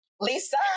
Lisa